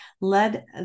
led